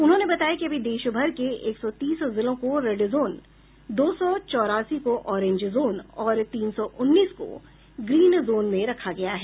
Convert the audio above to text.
उन्होंने बताया कि अभी देश भर के एक सौ तीस जिलों को रेड जोन दो सौ चौरासी को ओरेंज जोन और तीन सौ उन्नीस को ग्रीन जोन में रखा गया है